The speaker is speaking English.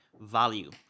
value